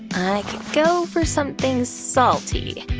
i could go for something salty.